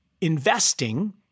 Investing